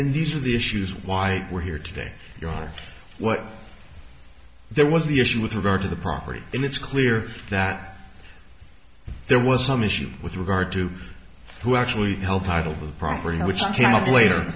and these are the issues why we're here today your what there was the issue with regard to the property and it's clear that there was some issue with regard to who actually helped hydel the property which i can later